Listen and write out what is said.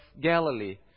Galilee